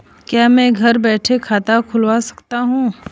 क्या मैं घर बैठे खाता खुलवा सकता हूँ?